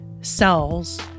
cells